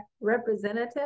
representative